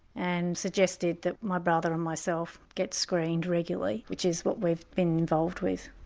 and suggested that my brother and myself get screened regularly, which is what we've been involved with.